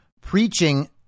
preaching